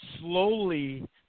slowly